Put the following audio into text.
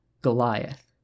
Goliath